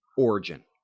origin